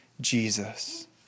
Jesus